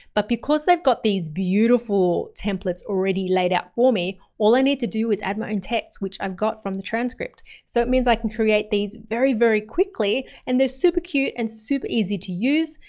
but because they've got these beautiful templates already laid out for me, all i need to do is add my own text, which i've got from the transcript. so it means i can create these very, very quickly and they're super cute and super easy to use.